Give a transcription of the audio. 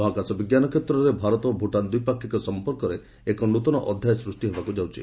ମହାକାଶ ବିଜ୍ଞାନ କ୍ଷେତ୍ରରେ ଭାରତ ଭୁଟାନ ଦ୍ୱିପାକ୍ଷିକ ସମ୍ପର୍କରେ ଏକ ନୂତନ ଅଧ୍ୟାୟ ସୂଷ୍ଟି ହେବାକୁ ଯାଉଛି